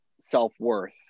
self-worth